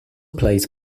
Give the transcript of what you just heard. plays